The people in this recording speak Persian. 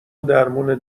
درمون